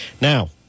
Now